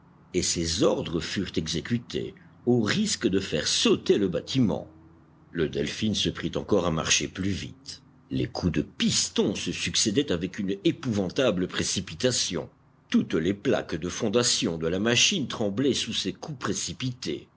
et ses ordres furent exécutés au risque de faire sauter le bâtiment le delphin se prit encore à marcher plus vite les coups de piston se succédaient avec une épouvantable précipitation toutes les plaques de fondation de la machine tremblaient sous ces coups précipités